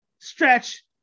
Stretch